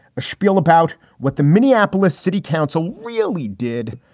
a spiel about what the minneapolis city council really did.